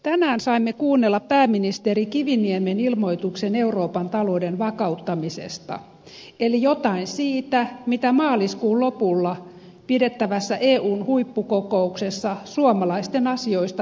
tänään saimme kuunnella pääministeri kiviniemen ilmoituksen euroopan talouden vakauttamisesta eli jotain siitä mitä maaliskuun lopulla pidettävässä eun huippukokouksessa suomalaisten asioista päätetään